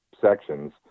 sections